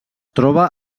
troba